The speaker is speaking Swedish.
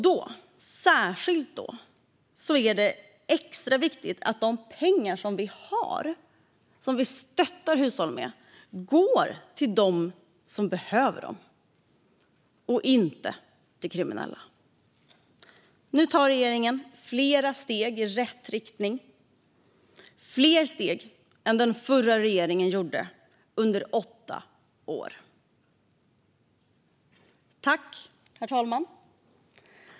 Då, särskilt då, är det extra viktigt att de pengar som vi har och som vi stöttar hushåll med går till dem som behöver dem och inte till kriminella. Nu tar regeringen flera steg i rätt riktning, fler steg än den förra regeringen tog under åtta år. Herr talman!